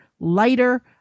lighter